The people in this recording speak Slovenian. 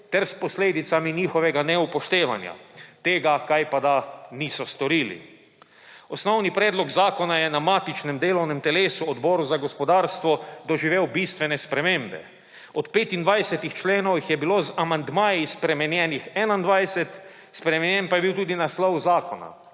ter s posledicami njihovega neupoštevanja. Tega kajpada niso storili. Osnovni predlog zakona je na matičnem delovnem telesu – Odboru za gospodarstvo doživel bistvene spremembe. Od 25 členov jih je bilo z amandmaji spremenjenih 21, spremenjen pa je bil tudi naslov zakona.